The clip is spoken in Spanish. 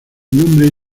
nombre